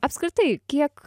apskritai kiek